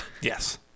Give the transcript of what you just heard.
Yes